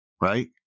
right